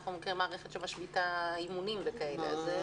אנחנו מכירים מערכת שמשביתה אימונים וכן הלאה.